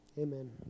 amen